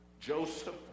Joseph